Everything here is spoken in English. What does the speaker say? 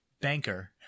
banker